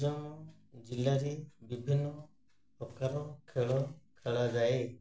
ବିଭିନ୍ନ ଜିଲ୍ଲାରେ ବିଭିନ୍ନ ପ୍ରକାର ଖେଳ ଖେଳାଯାଏ